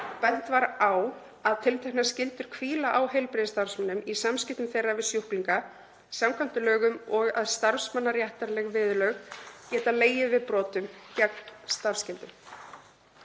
Bent var á að tilteknar skyldur hvíla á heilbrigðisstarfsmönnum í samskiptum þeirra við sjúklinga samkvæmt lögum og að starfsmannaréttarleg viðurlög geta legið við brotum gegn starfsskyldum.